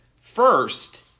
first